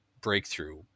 breakthrough